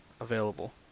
available